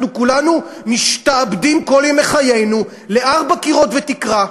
אנחנו כולנו משתעבדים לכל ימי חיינו לארבע קירות ותקרה.